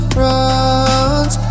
runs